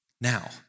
Now